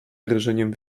drżeniem